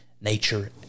nature